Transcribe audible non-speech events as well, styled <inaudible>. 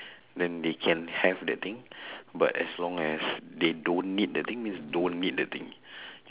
then they can have that thing <breath> but as long as they don't need the thing means don't need the thing